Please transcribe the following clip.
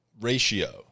ratio